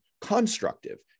constructive